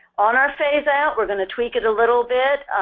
on our phaseout, we're going to tweak it a little bit.